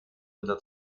unter